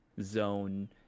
zone